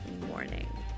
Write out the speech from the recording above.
morning